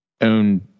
own